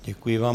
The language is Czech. Děkuji vám.